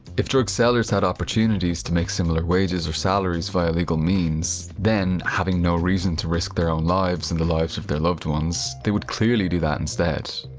if drug sellers had opportunities to make similar wages or salaries via legal means, then, having no reason to risk their own lives and the lives of their loved ones, they would clearly do that instead.